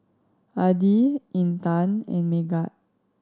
Adi Intan and Megat